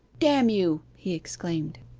damn you he exclaimed.